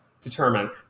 determine